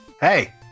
Hey